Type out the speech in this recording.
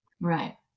Right